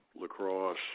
lacrosse